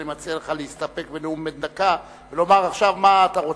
אני מציע לך להסתפק בנאום בן דקה ולומר עכשיו מה אתה רוצה.